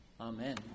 Amen